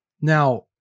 Now